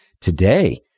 today